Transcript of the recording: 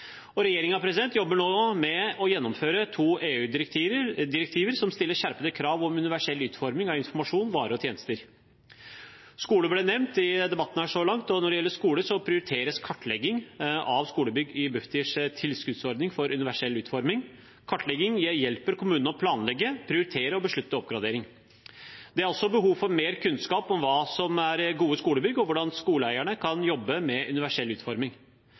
jobber nå med å gjennomføre to EU-direktiver som stiller skjerpede krav om universell utforming av informasjon, varer og tjenester. Skole ble nevnt i debatten, og når det gjelder skole, prioriteres kartlegging av skolebygg i Bufdirs tilskuddsordning for universell utforming. Kartlegging hjelper kommunene å planlegge, prioritere og beslutte oppgradering. Det er også behov for mer kunnskap om hva som er gode skolebygg, og hvordan skoleeierne kan jobbe med universell utforming.